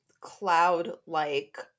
cloud-like